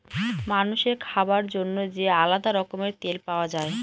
মানুষের খাবার জন্য যে আলাদা রকমের তেল পাওয়া যায়